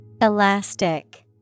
Elastic